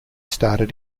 started